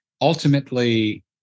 ultimately